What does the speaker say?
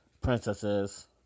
princesses